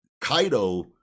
Kaido